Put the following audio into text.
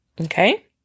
okay